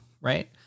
right